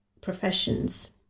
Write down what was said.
professions